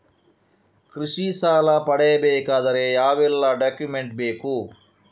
ಕೃಷಿ ಸಾಲ ಪಡೆಯಬೇಕಾದರೆ ಯಾವೆಲ್ಲ ಡಾಕ್ಯುಮೆಂಟ್ ಬೇಕು?